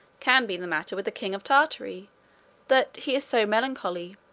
can be the matter with the king of tartary that he is so melancholy?